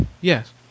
Yes